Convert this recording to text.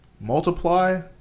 Multiply